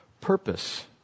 purpose